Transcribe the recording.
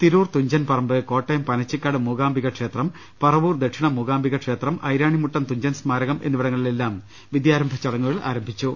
തിരൂർ തുഞ്ചൻപറമ്പ് കോട്ടയം പനച്ചിക്കാട് മൂകാംബിക ക്ഷേത്രം പറവൂർ ദക്ഷിണ മൂകാംബിക ക്ഷേത്രം ഐരാണിമുട്ടം തുഞ്ചൻ സ്മാരകം എന്നിവിടങ്ങളിലെല്ലാം വിദ്യാരംഭ ചടങ്ങുകൾ ആരംഭിച്ചു